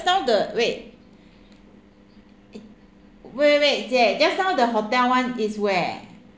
now the wait eh wait wait wait jie just now the hotel one is where